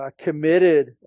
committed